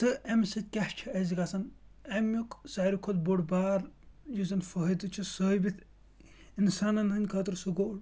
تہٕ اَمہِ سۭتۍ کیاہ چھُ اَسہِ گژھان امیُٚک ساروٕے کھۄتہٕ بوٚڈ بار یُس زَن فٲیِدٕ چھُ ثٲبت اِنسانَن ہنٛدِ خٲطرٕ سُہ گوٚو